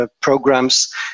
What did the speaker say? Programs